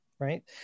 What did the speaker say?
right